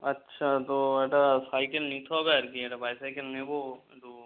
আচ্ছা তো একটা সাইকেল নিতে হবে আর কি একটা বাইসাইকেল নেবো একটু